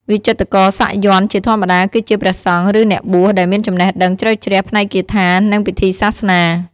វិចិត្រករសាក់យ័ន្តជាធម្មតាគឺជាព្រះសង្ឃឬអ្នកបួសដែលមានចំណេះដឹងជ្រៅជ្រះផ្នែកគាថានិងពិធីសាសនា។